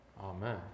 Amen